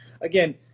again